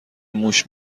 موش